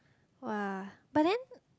!wah! but then